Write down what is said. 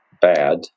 bad